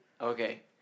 Okay